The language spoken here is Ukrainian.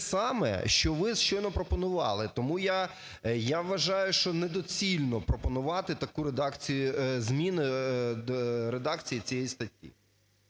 саме, що ви щойно пропонували. Тому я вважаю, що недоцільно пропонувати таку редакцію, змін до редакції цієї статті.